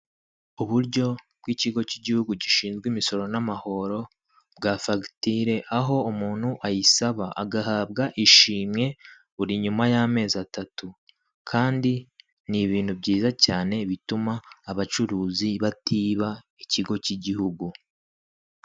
Uburyo bw'ikigo cy'igihugu gishinzwe imisoro n'amahoro bwa fagitire, aho umuntu ayisaba agahabwa ishimwe buri nyuma y'amezi atatu, kandi ni ibintu byiza cyane bituma abacuruzi batiba ikigo cy'igihugu.